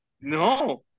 No